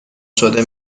شده